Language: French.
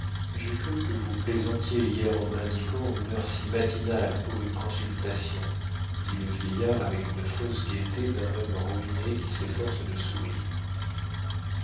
j'ai cru que vous plaisantiez hier en m'indiquant une heure si matinale pour une consultation dit le vieillard avec une fausse gaieté d'un homme ruiné qui s'efforce de sourire